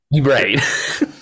right